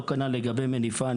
כנ"ל לגבי "מניפה".